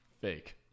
Fake